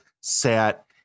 sat